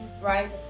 right